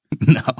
No